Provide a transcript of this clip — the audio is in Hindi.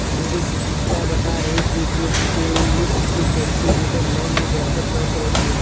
मेरी शिक्षिका बता रही थी कि ट्यूलिप की खेती नीदरलैंड में व्यापक तौर पर होती है